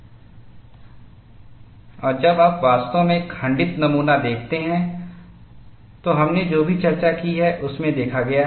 और जब आप वास्तव में एक खंडित नमूना देखते हैं तो हमने जो भी चर्चा की है उसमें देखा गया है